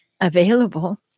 available